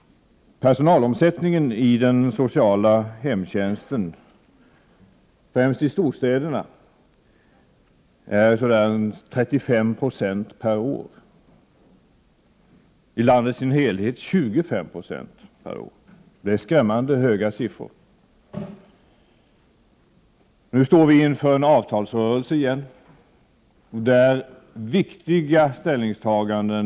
Personalomsättningen i den sociala hemtjänsten, främst i storstäderna, är ca 35 96 per år. I landet i dess helhet är den 25 96 per år. Det är skrämmande höga siffror. 31 Nu står vi på nytt inför en avtalsrörelse med viktiga ställningstaganden.